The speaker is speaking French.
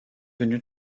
venu